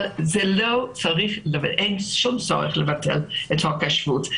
אבל זה לא צריך לבטל את חוק השבות.